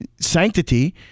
sanctity